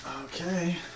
okay